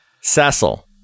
Cecil